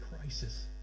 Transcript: crisis